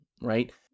right